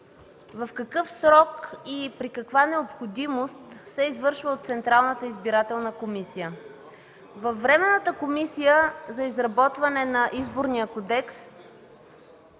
в какъв срок и при каква необходимост се извършва от Централната избирателна комисия. Във Временната комисия за изработване на Изборния кодекс